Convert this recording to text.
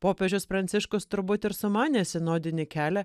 popiežius pranciškus turbūt ir sumanė sinodinį kelią